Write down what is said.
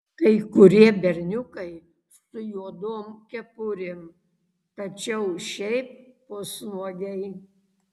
kai kurie berniukai su juodom kepurėm tačiau šiaip pusnuogiai